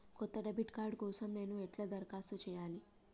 కొత్త debit card కోసం నేను ఎట్లా దరఖాస్తు చేయాలి?